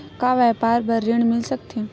का व्यापार बर ऋण मिल सकथे?